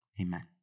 Amen